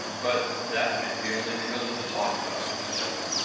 but that may be only because of the talk about it, you know.